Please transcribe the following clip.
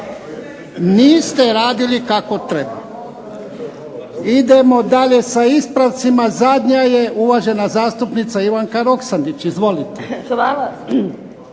Niste radili kako treba. Idemo dalje sa ispravcima. Zadnja je uvažena zastupnica Ivanka Roksandić. Izvolite.